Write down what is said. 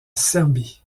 serbie